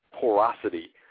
Porosity